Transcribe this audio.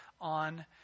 on